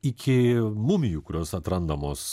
iki mumijų kurios atrandamos